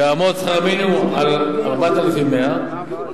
יעמוד שכר המינימום על 4,100 שקלים,